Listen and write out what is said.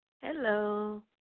Hello